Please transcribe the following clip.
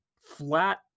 flat